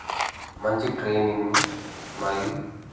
మంచి ట్రైనింగు మరియు